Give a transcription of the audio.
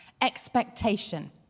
expectation